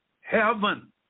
heaven